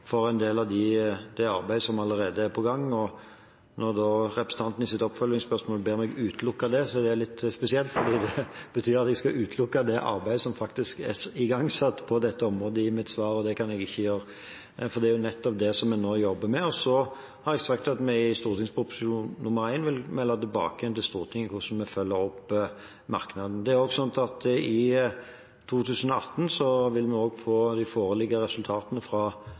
for en del av det arbeidet som allerede er i gang. Når da representanten i sitt oppfølgingsspørsmål ber meg utelukke det, er det litt spesielt, for det betyr at jeg skal utelukke det arbeidet som faktisk er igangsatt på dette området, i mitt svar, og det kan jeg ikke gjøre, for det er jo nettopp det vi nå jobber med. Så har jeg sagt at vi i Prop. 1 vil melde tilbake igjen til Stortinget hvordan vi følger opp merknaden. I 2018 vil det også foreligge resultater fra kartleggingen av hørsel i HUNT 4-undersøkelsen, og det vil